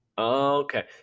Okay